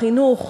חינוך,